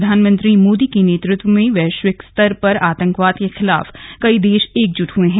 प्रधानमंत्री मोदी के नेतृत्व में वैश्विक स्तर पर आतंकवाद के खिलाफ सभी देश एकजुट हुए हैं